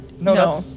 No